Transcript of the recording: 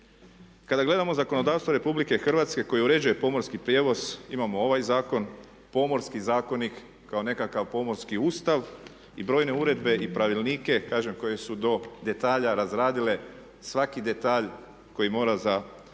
Kada gledamo zakonodavstvo RH koje uređuje pomorski prijevoz imamo ovaj zakon, Pomorski zakonik kao nekakav pomorski ustav i brojne uredbe i pravilnike koji su do detalja razradile svaki detalj koji mora